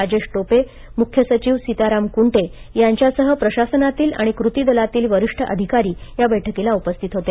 राजेश टोपे मुख्य सचिव सीताराम कुंटे यांच्यासह प्रशासनातील आणि कृती दलातील वरिष्ठ अधिकारी या बैठकीला उपस्थित होते